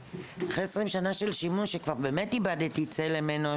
אחרי 20 שנה של שימוש שכבר באמת איבדתי צלם אנוש